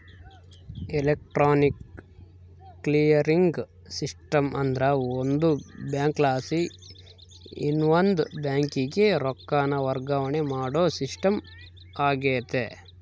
electronic clearing system ಅಂದ್ರ ಒಂದು ಬ್ಯಾಂಕಲಾಸಿ ಇನವಂದ್ ಬ್ಯಾಂಕಿಗೆ ರೊಕ್ಕಾನ ವರ್ಗಾವಣೆ ಮಾಡೋ ಸಿಸ್ಟಮ್ ಆಗೆತೆ